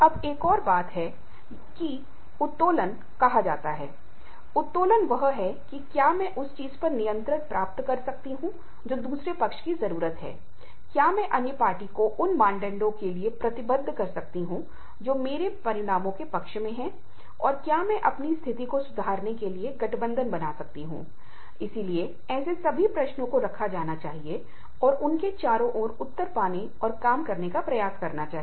इसलिए इस तरह की स्थितियों में एक संतुलन हो सकता है शायद संतुलन नहीं होगा लेकिन हम वहां के लिए जो अनुरोध कर रहे हैं वह जीवन की भूमिकाओं और कार्य भूमिकाओं का एकीकरण हो सकता है